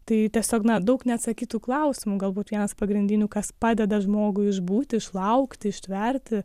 tai tiesiog na daug neatsakytų klausimų galbūt vienas pagrindinių kas padeda žmogui išbūt išlaukti ištverti